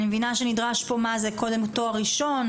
אני מבינה שנדרש פה קודם תואר ראשון,